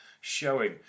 showing